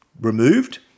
removed